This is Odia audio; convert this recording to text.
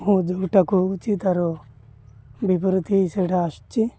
ମୁଁ ଯେଉଁଟା କହୁଛି ତା'ର ବିପରୀତ ସେଇଟା ଆସୁଛି